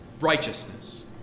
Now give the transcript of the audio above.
Righteousness